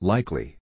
Likely